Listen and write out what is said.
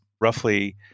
roughly